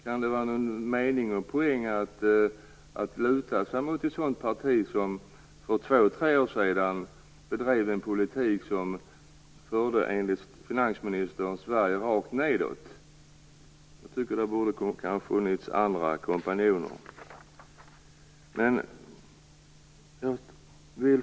Kan det vara någon mening med eller poäng i att luta sig mot ett parti som för två-tre år sedan bedrev en politik som, enligt finansministern, förde Sverige rakt nedåt? Jag tycker att det borde ha funnits andra kompanjoner.